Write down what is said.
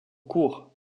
court